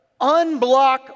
unblock